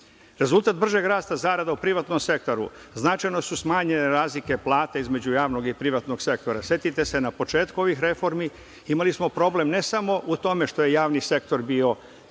godine. Rezultat bržeg rasta zarada u privatnom sektoru - značajno su smanjene razlike plata između javnog i privatnog sektora. Setite se, na početku ovih reformi imali smo problem ne samo u tome što je javni sektor bio